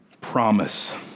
promise